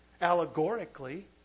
Allegorically